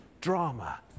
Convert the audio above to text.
drama